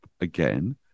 again